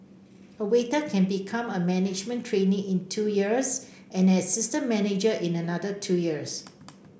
a waiter can become a management trainee in two years and an assistant manager in another two years